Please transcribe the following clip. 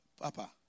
Papa